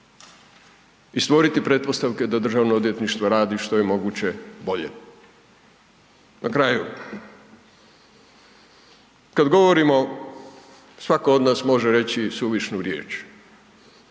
i stvoriti pretpostavke da Državno odvjetništvo radi što je moguće bolje. Na kraju, kada govorimo svatko od nas može reći suvišnu riječ